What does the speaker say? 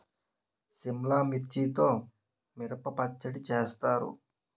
సిమ్లా మిర్చితో మిరప పచ్చడి చేస్తారు